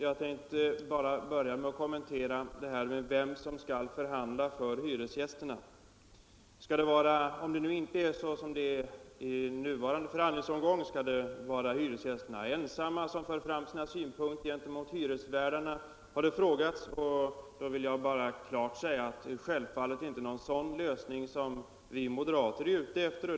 Jag tänkte börja med att kommentera frågan om vem som skall förhandla med hyresgästerna, om det inte blir som det är i nuvarande förhandlingsomgång. Skall hyresgästerna ensamma föra fram sina synpunkter gentemot hyresvärdarna? har det frågats. Jag vill bara klart svara att det självfallet inte är någon sådan lösning som vi moderater är ute efter.